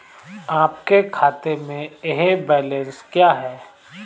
आपके खाते में यह बैलेंस है क्या?